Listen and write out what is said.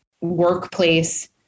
workplace